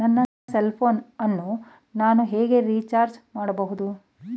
ನನ್ನ cell phone ಅನ್ನು ನಾನು ಹೇಗೆ ರಿಚಾರ್ಜ್ ಮಾಡಬಹುದು?